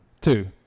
Two